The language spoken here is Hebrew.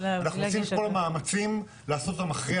אנחנו עושים את כל המאמצים לעשות אותם אחרי